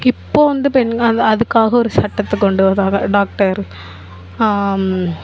இப்போது வந்து பெண் அந் அதுக்காக ஒரு சட்டத்தை கொண்டு வரார் டாக்டர்